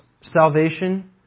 salvation